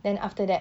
then after that